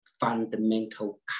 fundamental